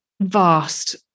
vast